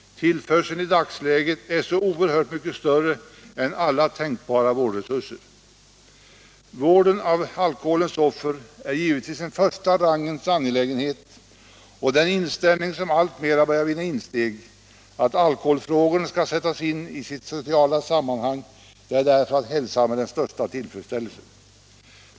Tillförseln är i dagsläget så oerhört mycket större än alla tänkbara vårdresurser. Vården av alkoholens offer är givetvis en första rangens angelägenhet och den inställning som alltmera börjar vinna insteg, att alkoholfrågorna skall sättas in i sitt sociala sammanhang, är därför att hälsa med den största tillfredsställelse.